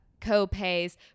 co-pays